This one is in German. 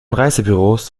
reisebüros